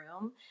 room